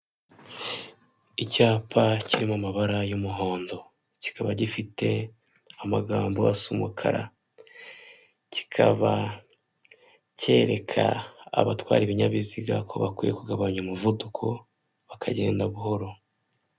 Icyapa kiri mu mabara y'umuhondo, kikaba gifite amagambo asa umukara. Kikaba cyereka abatwara ibinyabiziga ko bakwiye kugabanya umuvuduko bakagenda buhoro.